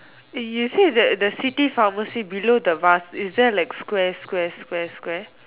eh you say that the city pharmacy below the vase is there like square square square square